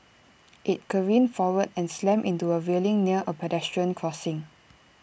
IT careened forward and slammed into A railing near A pedestrian crossing